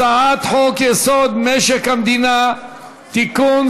הצעת חוק-יסוד: משק המדינה (תיקון,